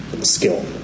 skill